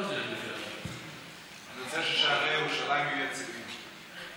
אני רוצה ששערי ירושלים יהיו יציבים.